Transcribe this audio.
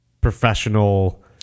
professional